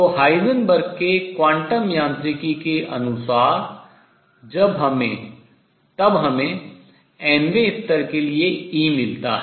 तो हाइजेनबर्ग के क्वांटम यांत्रिकी के अनुसार तब हमें nवें स्तर के लिए E मिलता है